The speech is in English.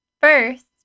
First